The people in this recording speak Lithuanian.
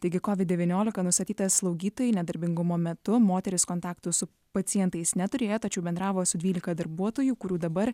taigi kovid devyniolika nustatytas slaugytojai nedarbingumo metu moteris kontaktų su pacientais neturėjo tačiau bendravo su dvylika darbuotojų kurių dabar